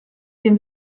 den